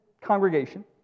congregation